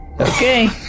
Okay